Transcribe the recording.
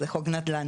זה חוק נדל"ן.